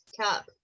cup